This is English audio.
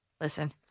listen